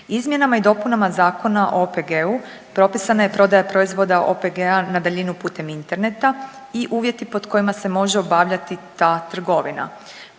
Izmjenama i dopunama Zakona o OPG-u propisana je prodaja proizvoda OPG-a na daljinu putem interneta i uvjeti pod kojima se može obavljati ta trgovina.